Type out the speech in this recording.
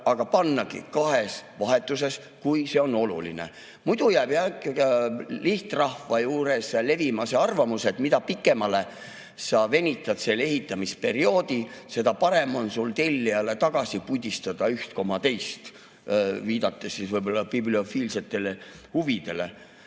pannagi kahes vahetuses, kui see on oluline. Muidu jääb lihtrahva seas levima see arvamus, et mida pikemale sa venitad selle ehitamisperioodi, seda parem on sul tellijale tagasi pudistada ühte koma teist, viidates võib-olla bibliofiilsetele huvidele.